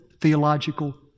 theological